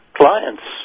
clients